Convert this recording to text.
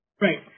Right